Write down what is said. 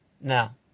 Now